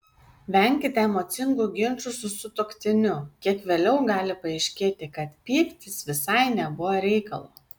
venkite emocingų ginčų su sutuoktiniu kiek vėliau gali paaiškėti kad pyktis visai nebuvo reikalo